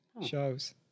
shows